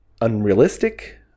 unrealistic